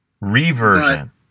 Reversion